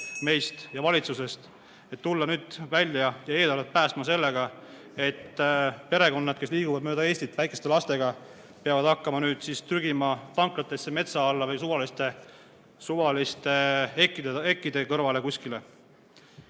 meist ja valitsusest, kui tullakse nüüd välja ja eelarvet päästma sellega, et perekonnad, kes liiguvad mööda Eestit väikeste lastega, peavad hakkama trügima tanklatesse, metsa alla või suvaliste hekkide kõrvale kuskile.